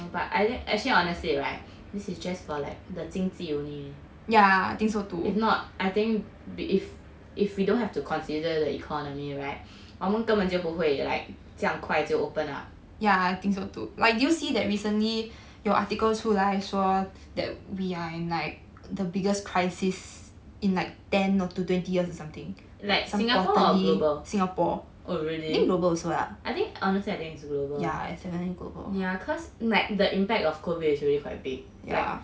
but I actually honestly right this is just for like the 经济 only if not I think that if if we don't have to consider the economy right 我们根本就不会 like 这样快就 open up like singapore or global oh really I think honestly I think is global yeah cause like the impact of COVID is really quite big like